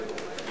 רבותי השרים,